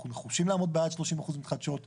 אנחנו נחושים לעמוד ביעד 30% מתחדשות ב-2030.